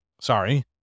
sorry